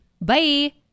Bye